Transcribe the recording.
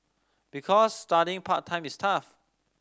because studying part time is tough